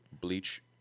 Bleach